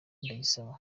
ndayisaba